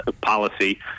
policy